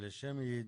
למה?